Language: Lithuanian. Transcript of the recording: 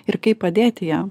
ir kaip padėti jam